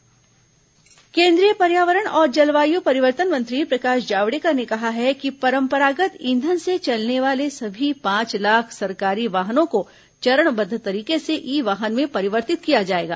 Javadekar e वाहन केंद्रीय पर्यावरण और जलवायु परिवर्तन मंत्री प्रकाश जावडेकर ने कहा है कि परंपरागत ईंधन से चलने वाले सभी पांच लाख सरकारी वाहनों को चरणबद्ध तरीके से ई वाहन में परिवर्तित किया जाएगा